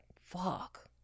fuck